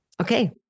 Okay